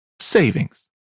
savings